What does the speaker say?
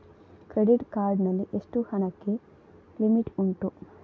Credit card ನಲ್ಲಿ ಎಷ್ಟು ಹಣಕ್ಕೆ ಲಿಮಿಟ್ ಉಂಟು?